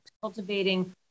cultivating